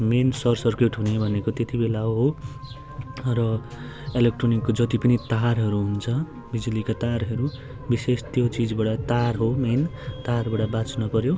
main short circuit हुने भनेको त्यति बेला हो र इलेक्ट्रोनिकको जति पनि तारहरू हुन्छ बिजुलीका तारहरू विशेष त्यो चिजबाट तार हो मेन तारबाट बाँच्नुपऱ्यो